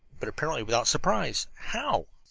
but apparently without surprise. how?